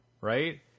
right